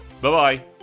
Bye-bye